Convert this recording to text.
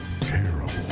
Terrible